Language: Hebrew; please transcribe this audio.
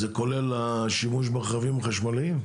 זה כולל השימוש ברכבים חשמליים?